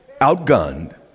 outgunned